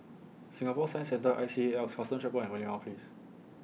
Singapore Science Centre I C A A L P S Custom Checkpoint and Merlimau Office